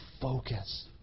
focus